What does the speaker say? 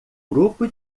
grupo